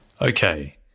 Okay